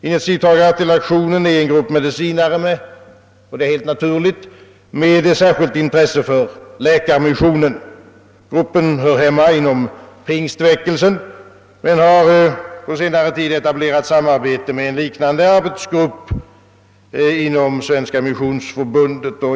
Initiativtagare till aktionen är — och det är helt naturligt — en grupp medicinare med särskilt intresse för lä karmissionen. Gruppen hör hemma inom pingstväckelsen men har på senare tid etablerat samarbete med en liknande arbetsgrupp inom Svenska missionsförbundet.